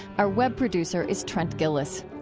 our web producer is trent gilliss.